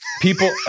People